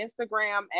Instagram